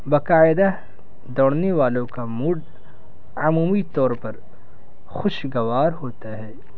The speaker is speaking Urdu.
باقاعدہ دوڑنے والوں کا موڈ عمومی طور پر خوشگوار ہوتا ہے